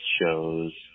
shows